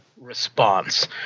response